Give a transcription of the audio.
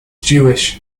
jewish